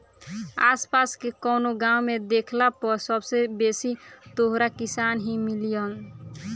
आस पास के कवनो गाँव में देखला पर सबसे बेसी तोहरा किसान ही मिलिहन